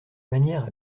manière